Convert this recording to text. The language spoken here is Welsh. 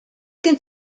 gen